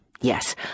Yes